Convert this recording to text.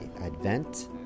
Advent